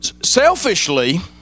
selfishly